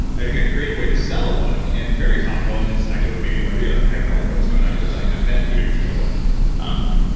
i think, a creative way to sell a book and very topical, and it's actually what made me want to read it like, i want to know what's going on, because i've met peter thiel and um